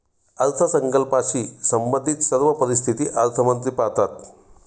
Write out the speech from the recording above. अर्थसंकल्पाशी संबंधित सर्व परिस्थिती अर्थमंत्री पाहतात